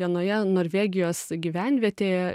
vienoje norvegijos gyvenvietėje